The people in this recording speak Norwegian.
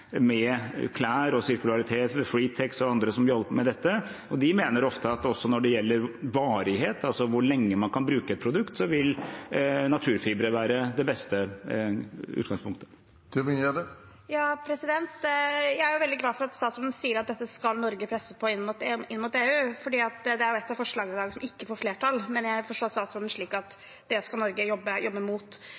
klær og sirkularitet, Fretex og andre som jobber med dette, og de mener ofte at også når det gjelder varighet, altså hvor lenge man kan bruke et produkt, vil naturfibre være det beste utgangspunktet. Jeg er veldig glad for at statsråden sier at Norge skal presse på dette inn mot EU, for det er et av forslagene som ikke får flertall i dag. Men jeg forstår statsråden slik at Norge skal jobbe